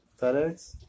FedEx